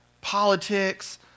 politics